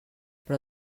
però